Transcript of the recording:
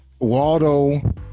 Waldo